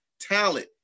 talent